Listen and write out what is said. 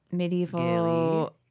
Medieval